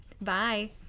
bye